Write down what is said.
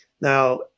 Now